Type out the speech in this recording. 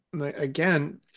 Again